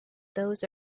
those